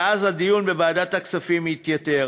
ואז הדיון בוועדת הכספים יתייתר,